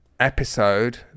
episode